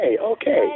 okay